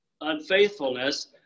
unfaithfulness